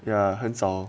ya 很早